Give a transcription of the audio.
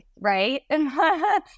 right